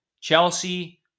Chelsea